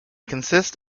consist